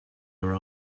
her